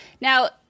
Now